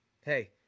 hey